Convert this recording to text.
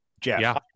Jeff